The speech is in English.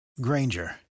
Granger